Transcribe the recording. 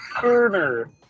Turner